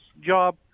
job